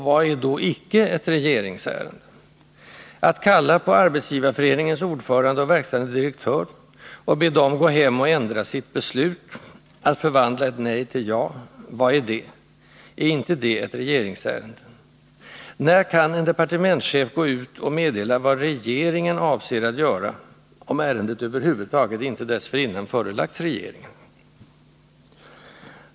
Vad är då icke ett regeringsärende? Att kalla på SAF:s ordförande och verkställande direktör och be dem gå hem och ändra sitt beslut: att förvandla nej till ja — vad är det? Är inte det ett regeringsärende? När kan en departementschef gå ut och meddela vad ”regeringen” avser att göra, om ärendet över huvud taget inte dessförinnan förelagts regeringen?